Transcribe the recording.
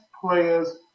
players